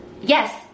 yes